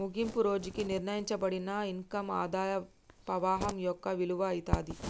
ముగింపు రోజుకి నిర్ణయింపబడిన ఇన్కమ్ ఆదాయ పవాహం యొక్క విలువ అయితాది